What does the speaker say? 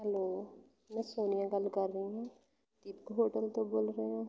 hello ਮੈਂ ਸੋਨੀਆ ਗੱਲ ਕਰ ਰਹੀ ਹਾਂ ਦੀਪਕ ਹੋਟਲ ਤੋਂ ਬੋਲ ਰਹੇ ਹੋ